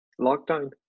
lockdown